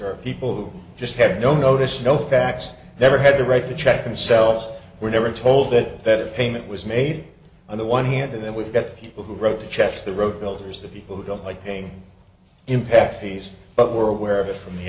or people who just have no notice no facts never had to write the check themselves were never told that payment was made on the one hand and then we've got people who wrote checks the road builders the people who don't like paying impact fees but were aware of it from the